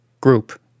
group